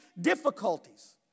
difficulties